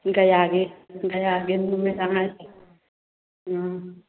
ꯅꯨꯃꯤꯠꯅꯣ ꯍꯥꯏꯁꯦ ꯎꯝ